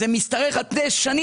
זה משתרך על פני שנים,